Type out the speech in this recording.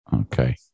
okay